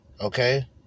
Okay